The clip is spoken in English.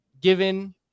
given